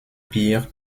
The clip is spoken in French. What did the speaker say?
pire